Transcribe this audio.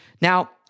Now